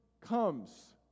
comes